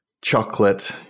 chocolate